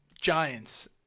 Giants